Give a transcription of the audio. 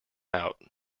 out